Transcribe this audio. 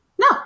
No